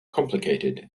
complicated